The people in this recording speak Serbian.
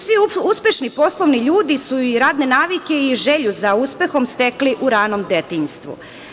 Svi uspešni poslovni ljudi su i radne navike i želju za uspehom stekli u ranom detinjstvu.